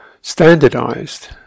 standardized